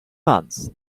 months